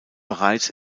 bereits